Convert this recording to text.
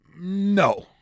no